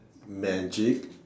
magic